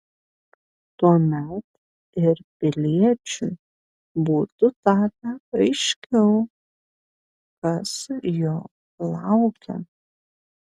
tuomet ir piliečiui būtų tapę aiškiau kas jo laukia